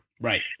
Right